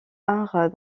art